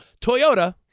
Toyota